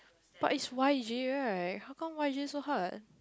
what is Y_J how come Y_J so hard